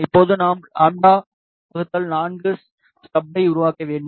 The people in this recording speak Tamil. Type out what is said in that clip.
இப்போது நாம் λ 4 ஸ்டப்பை உருவாக்க வேண்டும்